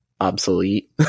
obsolete